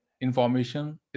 information